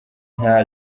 nta